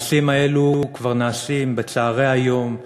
מעשים אלו כבר נעשים בצהרי היום,